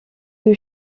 que